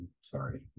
sorry